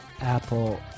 Apple